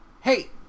hey